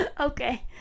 Okay